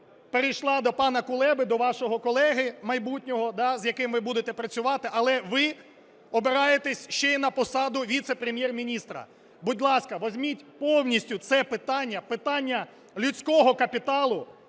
перейшла до пана Кулеби, до вашого колеги майбутнього, з яким ви будете працювати, але ви обираєтесь ще й на посаду віце-прем'єр-міністра. Будь ласка, візьміть повністю це питання, питання людського капіталу,